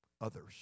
others